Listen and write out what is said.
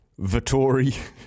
Vittori